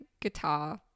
guitar